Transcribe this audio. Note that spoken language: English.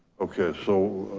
okay. so,